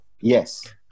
Yes